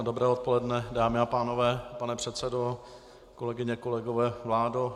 Dobré odpoledne, dámy a pánové, pane předsedo, kolegyně, kolegové, vládo.